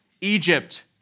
Egypt